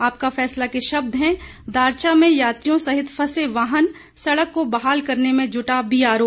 आपका फैसला के शब्द हैं दारचा में यात्रियों सहित फंसे वाहन सड़क को बहाल करने में जुटा बीआरओ